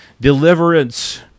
deliverance